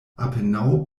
apenaŭ